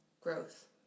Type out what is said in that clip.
growth